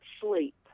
sleep